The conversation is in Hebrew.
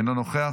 אינו נוכח,